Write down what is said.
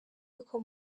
uko